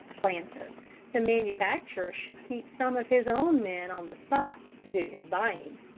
planter the manufacturer should keep some of his own men on the spot to do his buying.